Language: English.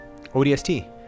ODST